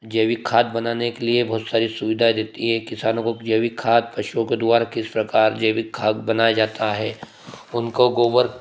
जैविक खाद बनाने के लिए बहुत सारी सुविधाएँ देती हैं किसानों को जैविक खाद पशुओं को दुबारा किस प्रकार जैविक खाद बनाए जाता है उनको गोबर